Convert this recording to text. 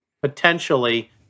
potentially